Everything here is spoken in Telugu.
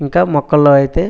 ఇంకా మొక్కల్లో అయితే